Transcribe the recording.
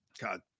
God